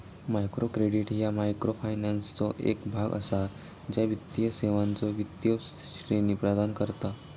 micro credit ह्या मायक्रोफायनान्सचो एक भाग असा, ज्या वित्तीय सेवांचो विस्तृत श्रेणी प्रदान करता